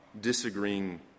disagreeing